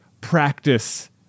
practice